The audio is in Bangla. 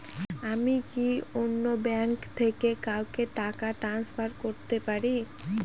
আমি কি অন্য ব্যাঙ্ক থেকে কাউকে টাকা ট্রান্সফার করতে পারি?